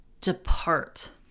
depart